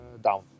down